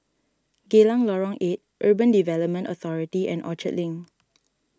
Geylang Lorong eight Urban Redevelopment Authority and Orchard Link